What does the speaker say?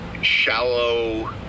shallow